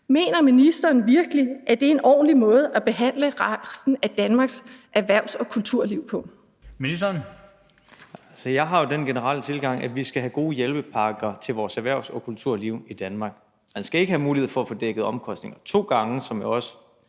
Mener ministeren virkelig, at det er en ordentlig måde at behandle resten af Danmarks erhvervs- og kulturliv på? Kl. 16:45 Den fg. formand (Bent Bøgsted): Ministeren. Kl. 16:45 Erhvervsministeren (Simon Kollerup): Jeg har jo den generelle tilgang, at vi skal have gode hjælpepakker til vores erhvervs- og kulturliv i Danmark. Man skal ikke have mulighed for at få dækket omkostninger to gange, som jeg også